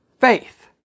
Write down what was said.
faith